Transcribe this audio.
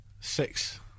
Six